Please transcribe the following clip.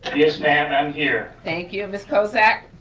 yes, ma'am, i'm here. thank you, miss cosec?